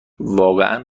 واقعا